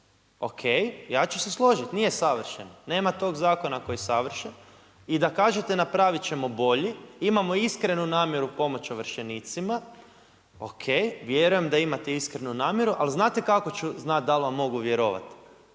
O.K, ja ću se složiti, nije savršen, nema tog zakona koji je savršen i da kažete napraviti ćemo bolji, imamo iskrenu namjeru pomoći ovršenicima, O.K, vjerujem da imate iskrenu namjeru, ali znate kako ću znati da li vam mogu vjerovati?